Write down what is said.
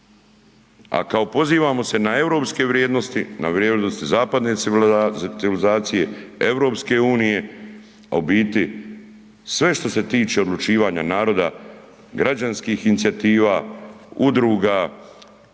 a kao pozivamo se na europske vrijednosti, na vrijednosti zapadne civilizacije, EU, a u biti sve što se tiče odlučivanja naroda, građanskih inicijativa, udruga,